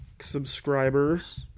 subscribers